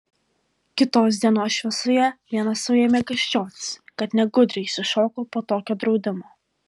kitos dienos šviesoje viena sau ėmė gąsčiotis kad negudriai išsišoko po tokio draudimo